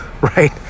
right